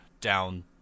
down